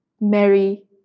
Mary